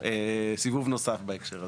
סיבוב נוסף בהקשר הזה.